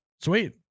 Sweet